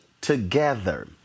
together